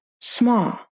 small